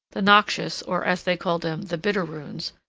the noxious, or, as they called them, the bitter runes,